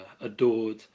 Adored